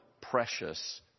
precious